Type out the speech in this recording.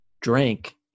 drank